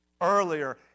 Earlier